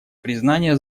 признания